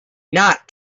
not